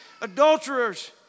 adulterers